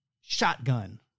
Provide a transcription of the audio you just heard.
shotgun